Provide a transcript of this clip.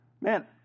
Man